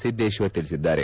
ಸಿದ್ದೇಶ್ವರ್ ತಿಳಿಸಿದ್ದಾರೆ